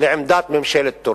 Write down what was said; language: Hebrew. לעמדת ממשלת טורקיה,